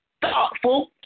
Thoughtful